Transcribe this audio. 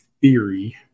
theory